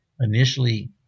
initially